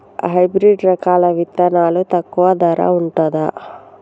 Hybrid రకాల విత్తనాలు తక్కువ ధర ఉంటుందా?